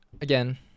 again